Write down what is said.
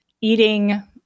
Eating